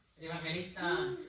Evangelista